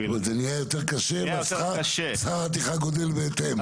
--- אבל זה נהיה יותר קשה ושכר הטרחה גודל בהתאם.